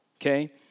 okay